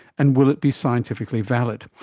and will it be scientifically valid?